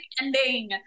ending